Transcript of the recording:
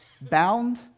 bound